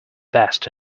best